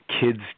kids